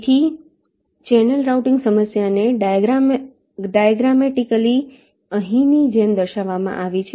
તેથી channel routing સમસ્યાને diagrammatically અહીંની જેમ દર્શાવવામાં આવી છે